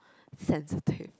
sensitive